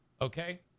Okay